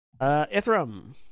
Ithram